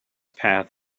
path